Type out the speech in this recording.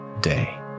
day